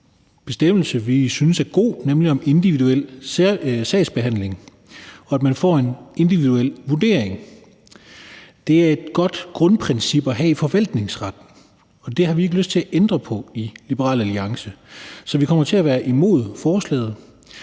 bestemmelse, som vi synes er god, nemlig om individuel sagsbehandling, at man får en individuel vurdering. Det er et godt grundprincip at have i forvaltningsretten, og det har vi ikke lyst til at ændre på i Liberal Alliance. Så vi kommer til at være imod forslaget.